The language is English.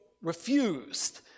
refused